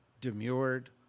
demurred